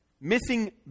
Missing